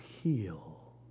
heal